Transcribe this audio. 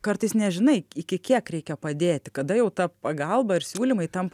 kartais nežinai iki kiek reikia padėti kada jau ta pagalba ir siūlymai tampa